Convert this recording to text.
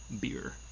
beer